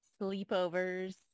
sleepovers